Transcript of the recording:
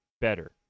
better